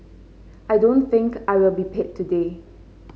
I don't think I will be paid today